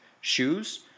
shoes